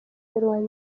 roi